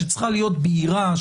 שצריכה להיות בהירה,